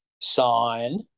sign